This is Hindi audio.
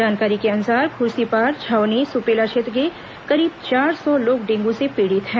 जानकारी के अनुसार खुर्सीपार छावनी सुपेला क्षेत्र के करीब चार सौ लोग डेंगू से पीड़ित हैं